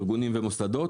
ארגונים ומוסדות